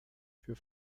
für